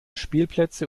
spielplätze